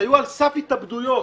שהיו על סף התאבדויות.